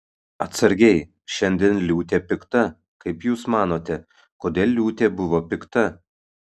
atsargiai šiandien liūtė pikta kaip jūs manote kodėl liūtė buvo pikta